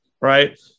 right